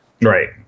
Right